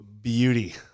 beauty